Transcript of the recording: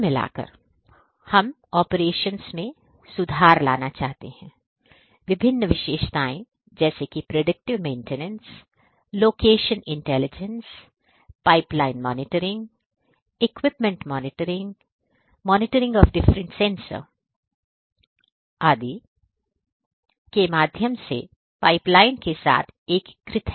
कुल मिलाकर हम predictive maintenance location intelligence pipeline monitoring equipment monitoring अलग अलग सेंसर का मॉनिटरिंग मशीन के माध्यम से पाइपलाइन के साथ एकीकृत है